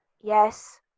yes